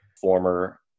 former